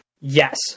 Yes